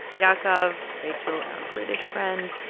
yaakov, rachel, our british friend,